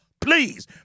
Please